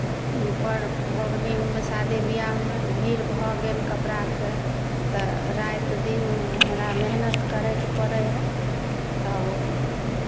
पर पावनिमे शादी बियाहमे भीड़ भऽ गेल कपड़ाके तऽ राति दिन हमरा मेहनति करयके पड़ै हए तऽ